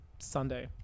Sunday